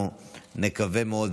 השר יואב בן צור.